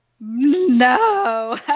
no